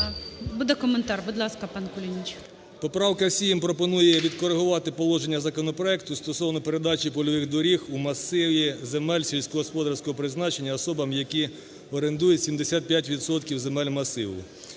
Буде коментар. Будь ласка, пане Кулініч. 13:24:36 КУЛІНІЧ О.І. Поправка 7 пропонує відкоригувати положення законопроекту стосовно передачі польових доріг у масиві земель сільськогосподарського призначення особам, які орендують 75 відсотків земель масиву.